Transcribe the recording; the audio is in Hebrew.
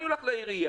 אני הולך לעירייה,